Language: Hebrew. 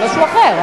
זה משהו אחר.